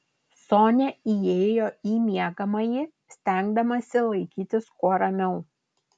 sonia įėjo į miegamąjį stengdamasi laikytis kuo ramiau